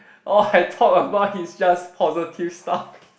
all I talk about is just positive stuff